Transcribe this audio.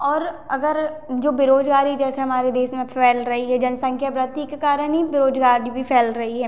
और अगर जो बेरोजगारी जैसे हमारे देश में फैल रही है जनसंख्या वृद्धि के कारण ही बेरोजगारी भी फैल रही है